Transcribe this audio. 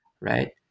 Right